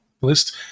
list